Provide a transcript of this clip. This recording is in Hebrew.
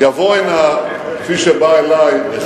יבוא הנה, כפי שבא אלי אחד